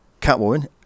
Catwoman